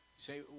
Say